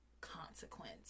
consequence